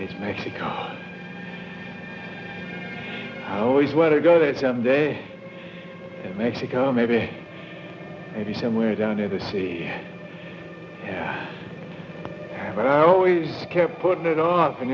is mexico i always want to go there someday in mexico maybe maybe somewhere down in the sea but i always kept putting it off and